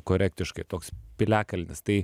korektiškai toks piliakalnis tai